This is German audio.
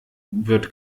wird